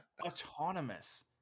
autonomous